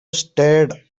starred